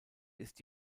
ist